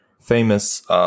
famous